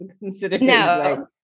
No